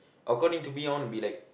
according to me I wanna be like